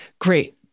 Great